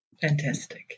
Fantastic